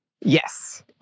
Yes